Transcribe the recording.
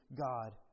God